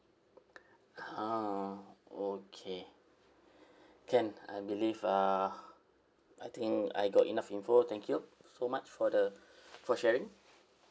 ah okay can I believe uh I think I got enough info thank you so much for the for sharing